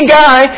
guy